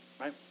right